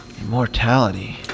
immortality